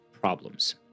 problems